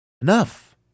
Enough